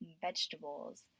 vegetables